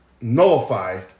nullify